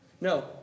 No